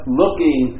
looking